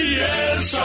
yes